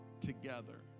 together